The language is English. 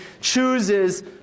chooses